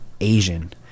Asian